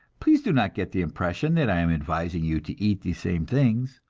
please do not get the impression that i am advising you to eat these same things.